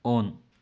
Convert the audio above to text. on